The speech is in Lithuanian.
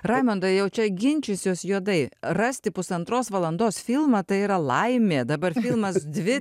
raimundai jau čia ginčysiuos juodai rasti pusantros valandos filmą tai yra laimė dabar filmas dvi